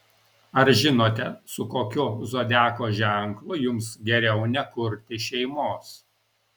ar žinote su kokiu zodiako ženklu jums geriau nekurti šeimos